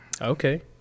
Okay